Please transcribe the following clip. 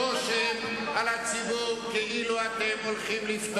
הכנסת מולה, אתה הצבעת נגד החוק הזה, למה, עכשיו?